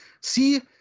See